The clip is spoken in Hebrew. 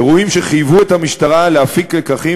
אירועים שחייבו את המשטרה להפיק לקחים